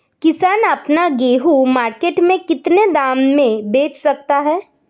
किसान अपना गेहूँ मार्केट में कितने दाम में बेच सकता है?